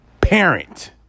Parent